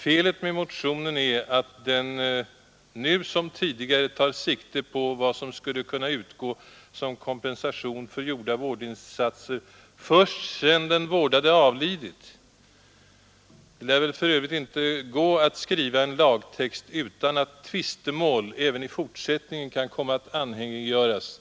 Felet med motionen är att den nu som tidigare tar sikte på vad som skulle kunna utgå som kompensation för gjorda vårdinsatser först sedan den vårdade avlidit. Det lär för övrigt inte gå att skriva lagtexten så att inte tvistemål även i fortsättningen kan komma att anhängiggöras,